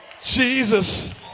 Jesus